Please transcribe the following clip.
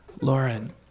Lauren